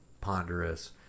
ponderous